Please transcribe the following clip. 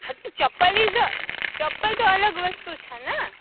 હા તો ચંપલ લીધો ચંપલ તો અલગ વસ્તુ છેને